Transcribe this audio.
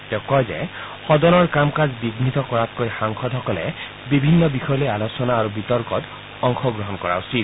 তেওঁ কয় যে সদনৰ কাম কাজ বিয়িত কৰাতকৈ সাংসদসকলে বিভিন্ন বিষয় লৈ আলোচনা আৰু বিতৰ্কত অংশগ্ৰহণ কৰা উচিত